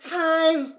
time